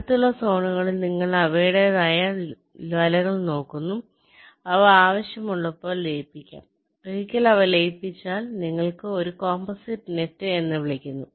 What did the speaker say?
അടുത്തുള്ള സോണുകളിൽ നിങ്ങൾ അവയുടേതായ വലകൾ നോക്കുന്നു അവ ആവശ്യമുള്ളപ്പോൾ ലയിപ്പിക്കാം ഒരിക്കൽ അവ ലയിപ്പിച്ചാൽ നിങ്ങൾക്ക് ഒരു കോമ്പോസിറ്റ് നെറ്റ് എന്ന് വിളിക്കുന്നു